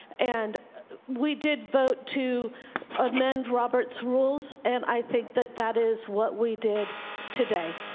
and we did vote to amend roberts rules and i think that that is what we did today.